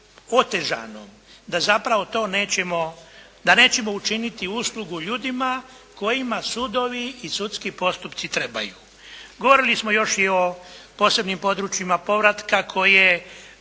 otežano, da zapravo to nećemo, da nećemo učiniti uslugu ljudima kojima sudovi i sudski postupci trebaju. Govorili smo još i o posebnim područjima povratka koje